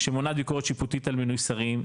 שמונעת ביקורת שיפוטית על מינוי שרים,